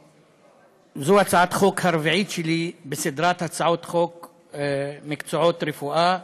זו הצעת החוק הרביעית שלי בסדרת הצעות חוק על מקצועות הרפואה.